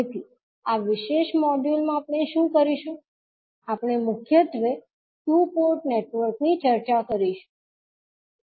તેથી આ વિશેષ મોડ્યુલમાં આપણે શું કરીશું આપણે મુખ્યત્વે ટુ પોર્ટ નેટવર્કની ચર્ચા કરીશું